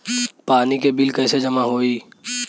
पानी के बिल कैसे जमा होयी?